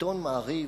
בעיתון "מעריב",